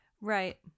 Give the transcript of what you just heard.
Right